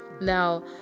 Now